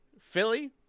Philly